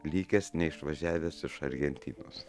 likęs neišvažiavęs iš argentinos